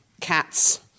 cats